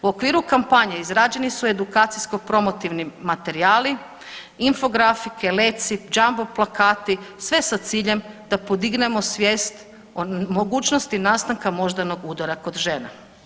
U okviru kampanje izrađeni su edukacijsko promotivni materijali, infografike, leci, jumbo plakati, sve sa ciljem da podignemo svijest o mogućnosti nastanka moždanog udara kod žena.